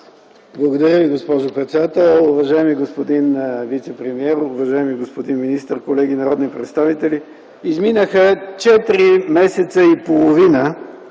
Благодаря Ви, госпожо председател. Уважаеми господин вицепремиер, уважаеми господин министър, колеги народни представители! Изминаха четири месеца и половина,